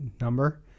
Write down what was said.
number